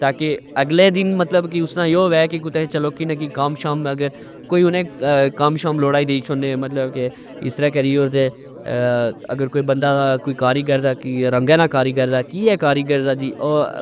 تاکہ اگلے دن مطلب کہ اسنا یو وہہ کہ اسنا کوئی کم شم اگر کوئی ہونہ کم شم لوڑہی دئی شوڑنے مطلب کہ اسطرع کری شور تہ ،اگر کوئی بندا کاریگر دا کی رنگہ نا کاریگر دا کیہ کاریگر دا جی